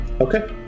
Okay